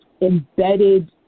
embedded